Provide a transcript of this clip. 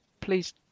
please